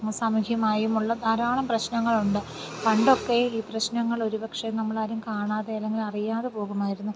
സാമൂഹ്യമായുമുള്ള ധാരാളം പ്രശ്നങ്ങളുണ്ട് പണ്ടൊക്കെ ഈ പ്രശ്നനങ്ങൾ ഒരുപക്ഷേ നമ്മളാരും കാണാതെ അല്ലെങ്കിൽ അറിയാതെ പോകുമായിരുന്നു